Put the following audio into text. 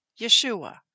Yeshua